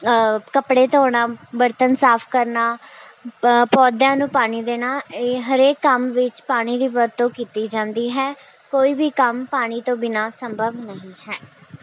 ਕੱਪੜੇ ਧੋਣਾ ਬਰਤਨ ਸਾਫ ਕਰਨਾ ਪੌਦਿਆਂ ਨੂੰ ਪਾਣੀ ਦੇਣਾ ਇਹ ਹਰੇਕ ਕੰਮ ਵਿੱਚ ਪਾਣੀ ਦੀ ਵਰਤੋਂ ਕੀਤੀ ਜਾਂਦੀ ਹੈ ਕੋਈ ਵੀ ਕੰਮ ਪਾਣੀ ਤੋਂ ਬਿਨਾਂ ਸੰਭਵ ਨਹੀਂ ਹੈ